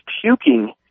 puking